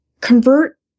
convert